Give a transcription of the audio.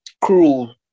cruel